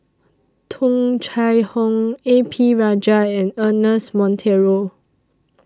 Tung Chye Hong A P Rajah and Ernest Monteiro